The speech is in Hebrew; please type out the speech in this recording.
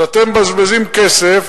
אז אתם מבזבזים כסף,